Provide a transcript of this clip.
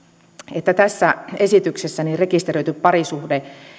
että tässä esityksessä rekisteröity parisuhde